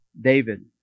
David